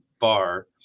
bar